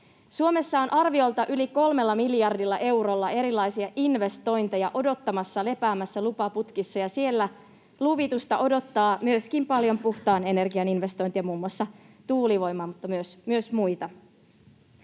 Suomessa on arviolta yli kolmella miljardilla eurolla erilaisia investointeja odottamassa, lepäämässä lupaputkissa, ja siellä luvitusta odottaa paljon myöskin puhtaan energian investointeja, muun muassa tuulivoima‑ mutta myös muita.